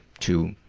to